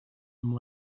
amb